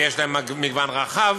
ויש להם מגוון רחב